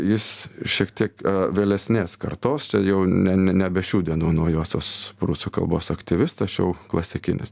jis šiek tiek vėlesnės kartos čia jau ne ne nebe šių dienų naujosios prūsų kalbos aktyvistas čia jau klasikinis